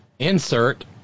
insert